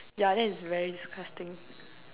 yeah that is very disgusting